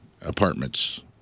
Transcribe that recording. apartments